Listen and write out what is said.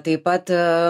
taip pat